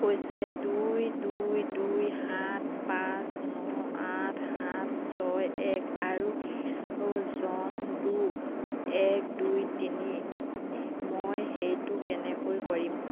হৈছে দুই দুই দুই সাত পাঁচ ন আঠ সাত ছয় এক আৰু জন ডো এক দুই তিনি মই সেইটো কেনেকৈ কৰিম